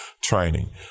training